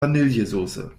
vanillesoße